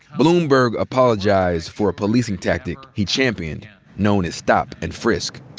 bloomberg apologized for a policing tactic he championed known as stop and frisk.